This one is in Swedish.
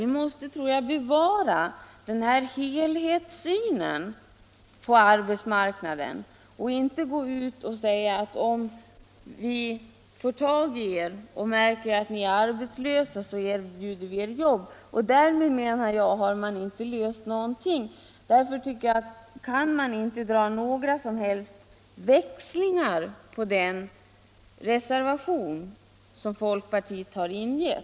Vi måste bevara denna helhetssyn på arbetsmarknaden och inte gå ut och bara säga att vi, om vi märker att ungdomarna är arbetslösa, skall erbjuda dem jobb. Därmed menar jag att man inte har löst några problem. Därför tycker jag att man inte kan dra några som helst växlar på folkpartiets reservation vid punkten 6.